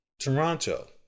Toronto